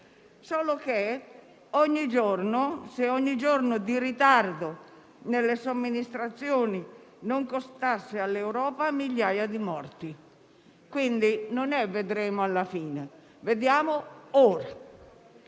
se, però, ogni giorno di ritardo nelle somministrazioni non costasse all'Europa migliaia di morti. Quindi, il punto non è: vedremo alla fine; vediamo ora.